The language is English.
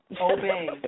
Obey